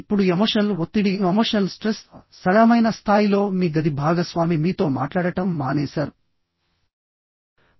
ఇప్పుడు ఎమోషనల్ ఒత్తిడిః సరళమైన స్థాయిలో మీ గది భాగస్వామి మీతో మాట్లాడటం మానేశారు